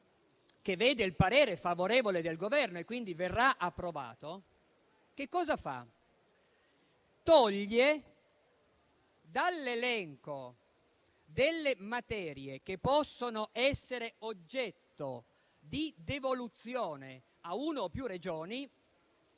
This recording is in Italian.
che vede il parere favorevole del Governo e verrà quindi approvato, toglie dall'elenco delle materie che possono essere oggetto di devoluzione a una o più Regioni